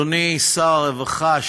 אדוני שר הרווחה,